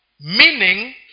meaning